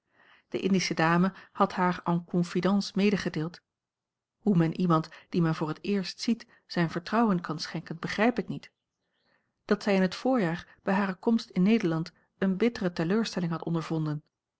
de indische dame had haar en confidence meegedeeld hoe men iemand dien men voor het eerst ziet zijn vertrouwen kan schenken begrijp ik niet dat zij in het voorjaar bij hare komst in nederland eene bittere teleurstelling had ondervonden